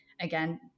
again